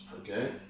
okay